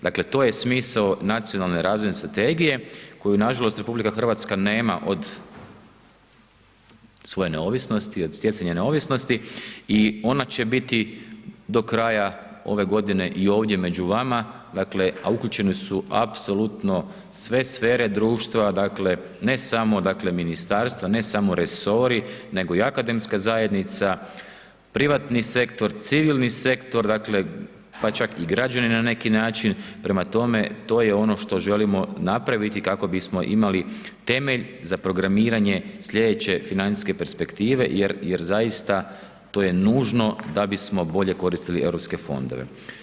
Dakle, to je smisao Nacionalne razvojne strategije koju nažalost RH nema od svoje neovisnosti, od stjecanja neovisnosti i ona će biti do kraja ove godine i ovdje među vama a uključene su apsolutno sve sfere društva, dakle ne samo ministarstva, ne samo resori nego i akademska zajednica, privatni sektor, civilni sektor, dakle pa čak i građani na neki način, prema tome, to je ono što želimo napraviti kako bismo imali temelje za programiranje slijedeće financijske perspektive jer zaista to je nužno da bismo bolje koristili europske fondove.